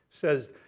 says